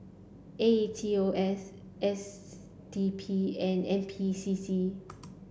A E T O S S D P and N P C C